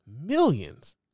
millions